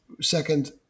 second